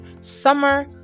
summer